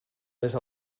més